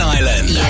Island